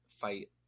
fight